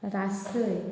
रासय